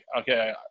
okay